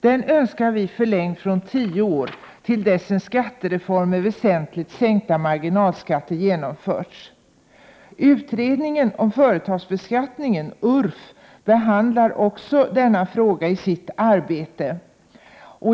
Den önskar vi förlängd från 10 år till dess en skattereform med väsentligt sänkta marginalskatter genomförts. Utredningen om företagsbeskattning, URF, behandlar också denna fråga i sitt arbete.